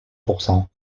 pourcent